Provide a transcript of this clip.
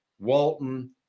Walton